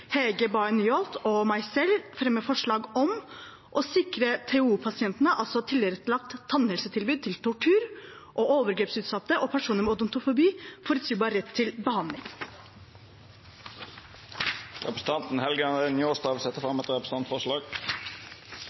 Hege Bae Nyholt og meg selv fremmer jeg et forslag om å sikre forutsigbar rett til tannhelsebehandling for tortur- og overgrepsutsatte og personer med odontofobi, TOO-pasienter. Representanten Helge André Njåstad vil setja fram eit representantforslag.